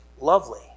lovely